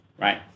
right